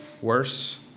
worse